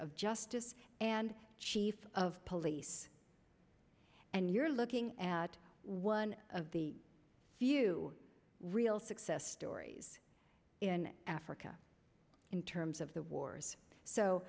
of justice and chief of police and you're looking at one of the few real success stories in africa in terms of the wars so